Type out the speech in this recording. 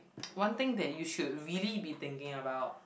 one thing that you should really be thinking about